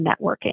networking